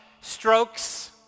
strokes